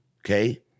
Okay